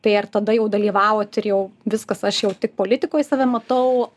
tai ar tada jau dalyvavot ir jau viskas aš jau tik politikoj save matau